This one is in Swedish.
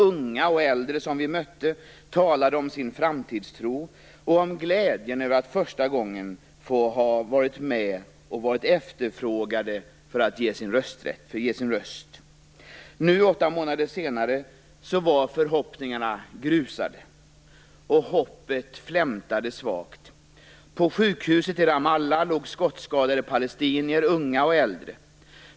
Unga och äldre som vi mötte talade om sin framtidstro och om glädjen över att för första gången vara efterfrågade för att avge sina röster. Nu, åtta månader senare, var förhoppningarna grusade och hoppet flämtade svagt. På sjukhuset i Ramallah låg skottskadade palestinier, unga och äldre.